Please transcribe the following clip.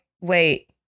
wait